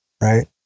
right